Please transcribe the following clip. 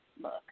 Look